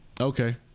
Okay